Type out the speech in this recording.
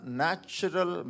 natural